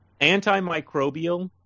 Antimicrobial